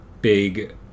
big